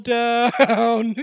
down